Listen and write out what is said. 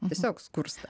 tiesiog skursta